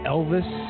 Elvis